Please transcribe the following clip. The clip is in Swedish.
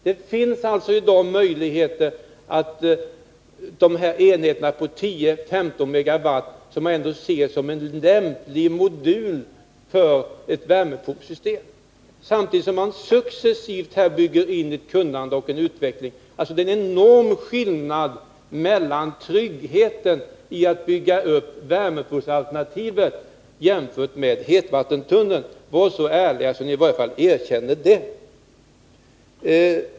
Det finns alltså i dag möjligheter att dessa enheter på 10 å 15 MW kan ses som en lämplig modul för ett värmepumpsystem, samtidigt som man successivt bygger in ett kunnande och en utveckling. Det är alltså en enorm skillnad mellan tryggheten i att bygga upp värmepumpalternativet jämfört med hetvattentunneln. Var så ärliga att ni erkänner i varje fall det!